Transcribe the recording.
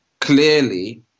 clearly